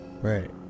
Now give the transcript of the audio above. Right